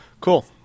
Cool